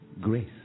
grace